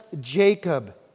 Jacob